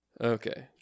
Okay